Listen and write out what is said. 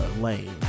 lane